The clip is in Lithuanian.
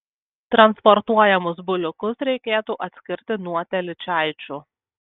transportuojamus buliukus reikėtų atskirti nuo telyčaičių